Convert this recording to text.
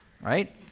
right